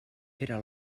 era